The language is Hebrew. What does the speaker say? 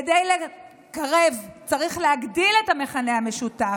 כדי לקרב, צריך להגדיל את המכנה המשותף,